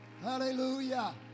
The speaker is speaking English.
Hallelujah